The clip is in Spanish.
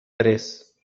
tres